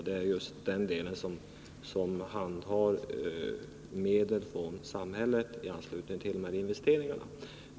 Det är just den del som handhar medel från samhället i anslutning till de här investeringarna.